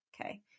okay